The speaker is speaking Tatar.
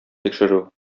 тикшерү